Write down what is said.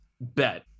bet